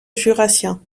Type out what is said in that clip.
jurassien